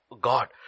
God